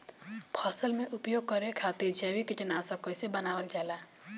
फसल में उपयोग करे खातिर जैविक कीटनाशक कइसे बनावल जाला?